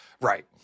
Right